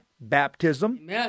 Baptism